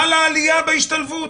חלה עליה בהשתלבות,